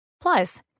Plus